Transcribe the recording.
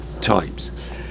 times